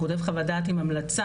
הוא כותב חוות דעת עם המלצה,